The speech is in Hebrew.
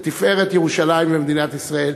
לתפארת ירושלים ומדינת ישראל.